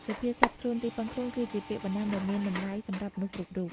សុភាសិត «ខ្លួនទីពឹងខ្លួន» គឺជាពាក្យបណ្ដាំដ៏មានតម្លៃសម្រាប់មនុស្សគ្រប់រូប។